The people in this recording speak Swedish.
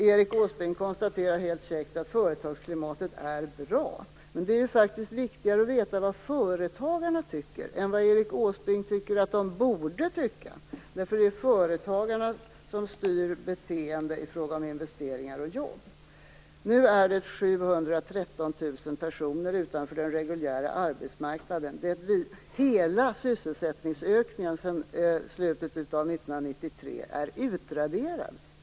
Erik Åsbrink konstaterar helt käckt att företagsklimatet är bra. Men det är faktiskt viktigare att veta vad företagarna tycker än vad Erik Åsbrink tycker att de borde tycka. Det är nämligen företagarna som styr beteendet i fråga om investeringar och jobb. Nu står 713 000 personer utanför den reguljära arbetsmarknaden. Det innebär att hela sysselsättningsökningen sedan 1993 är utraderad.